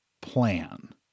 plan